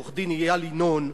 עורך-דין איל ינון,